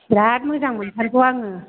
बिराद मोजां मोनथारगौ आङो